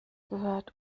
gehört